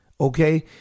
Okay